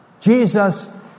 Jesus